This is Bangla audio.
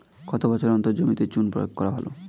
কত বছর অন্তর জমিতে চুন প্রয়োগ করা ভালো?